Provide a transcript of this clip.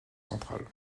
centrale